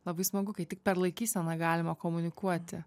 labai smagu kai tik per laikyseną galima komunikuoti